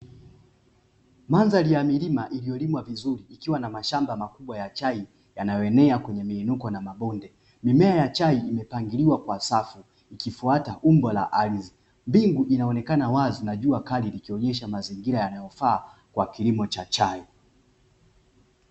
Mandhari ya milima iliyolimwa vizuri ikiwa na mashamba makubwa ya chai yanayoenea kwenye miinuko na mabonde, mimea ya chai imepangiliwa kwa safu ikifuata umbo la ardhi. Mbingu inaonekana wazi na jua kali liikionyesha mazingira yanayofaa kwa kilimo cha chai.